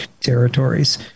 territories